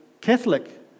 Catholic